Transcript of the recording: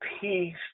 peace